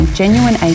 genuine